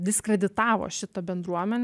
diskreditavo šitą bendruomenę